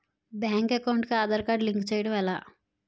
Bank account కి Aadhaar card link చేయడం ఎలా?